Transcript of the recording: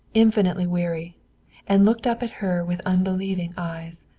infinitely weary and looked up at her with unbelieving eyes.